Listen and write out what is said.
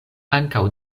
ankaŭ